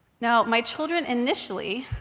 now, my children initially